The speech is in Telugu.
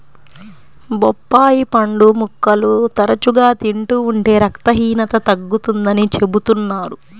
బొప్పాయి పండు ముక్కలు తరచుగా తింటూ ఉంటే రక్తహీనత తగ్గుతుందని చెబుతున్నారు